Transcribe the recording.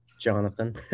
Jonathan